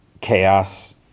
chaos